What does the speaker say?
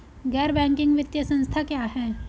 गैर बैंकिंग वित्तीय संस्था क्या है?